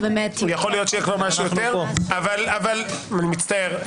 אני מצטער,